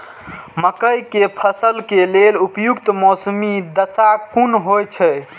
मके के फसल के लेल उपयुक्त मौसमी दशा कुन होए छै?